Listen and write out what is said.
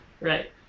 right